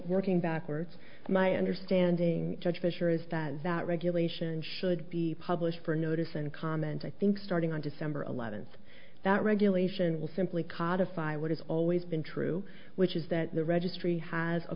working backwards my understanding judge fisher is that that regulation should be published for notice and comment i think starting on december eleventh that regulation will simply codified what has always been true which is that the registry has a